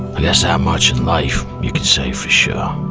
i guess thatmuch in life you could say for sure.